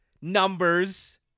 numbers